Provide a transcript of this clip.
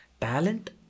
Talent